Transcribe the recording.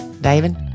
David